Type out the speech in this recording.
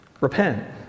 repent